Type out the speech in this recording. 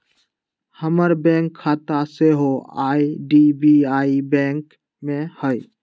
हमर बैंक खता सेहो आई.डी.बी.आई बैंक में हइ